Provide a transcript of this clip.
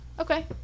okay